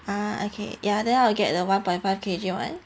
ah okay ya then I'll get the one point five K_G one